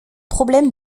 problèmes